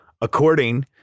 according